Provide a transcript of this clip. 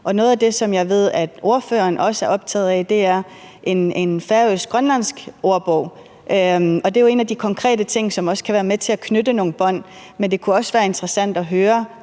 Noget af det, som jeg ved ordføreren også er optaget af, er en færøsk-grønlandsk ordbog. Det er en af de konkrete ting, som også kan være med til at knytte nogle bånd, men det kunne også være interessant at høre